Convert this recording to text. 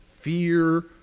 fear